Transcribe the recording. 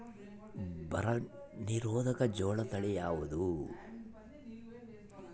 ಬರ ನಿರೋಧಕ ಜೋಳ ತಳಿ ಯಾವುದು?